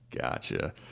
Gotcha